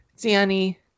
Danny